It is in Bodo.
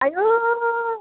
आयौ